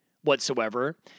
whatsoever